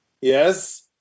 Yes